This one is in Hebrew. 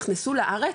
נכנסו לארץ,